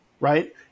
right